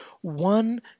One